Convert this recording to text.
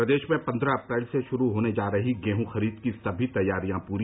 प्रदेश में पन्द्रह अप्रैल से श्रू होने जा रही गेहूँ खरीद की सभी तैयारियां प्री